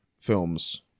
films